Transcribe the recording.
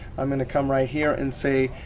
i'm going to come right here and say,